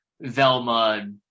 Velma